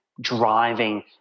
driving